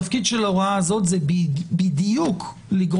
התפקיד של ההוראה הזאת הוא בדיוק לגרום